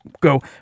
go